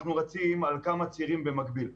אנחנו רצים על כמה צירים במקביל.